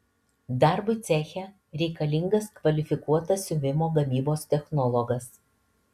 darbui ceche reikalingas kvalifikuotas siuvimo gamybos technologas